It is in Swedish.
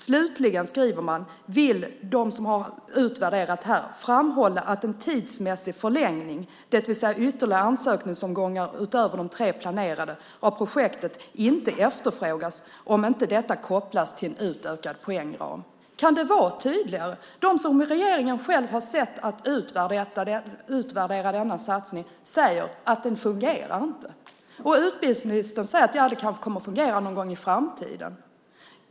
Slutligen skriver man att de som har utvärderat det här vill framhålla att en tidsmässig förlängning av projektet, det vill säga ytterligare ansökningsomgångar utöver de tre planerade, inte efterfrågas om detta inte kopplas till utökad poängram. Kan det vara tydligare? De som regeringen själv har utsett att utvärdera denna satsning säger att den inte fungerar. Ministern säger att det kanske kommer att fungera någon gång i framtiden.